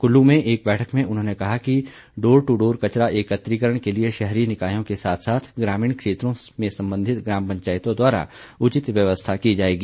कुल्लू में एक बैठक में उन्होंने कहा कि डोर टू डोर कचरा एकत्रीकरण के लिए शहरी निकायों के साथ साथ ग्रामीण क्षेत्रों में संबंधित ग्राम पंचायतों द्वारा उचित व्यवस्था की जाएगी